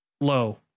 low